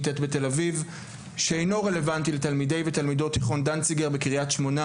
ט' בתל אביב שאינו רלוונטי לתלמידי ותלמידות דנציגר בקרית שמונה?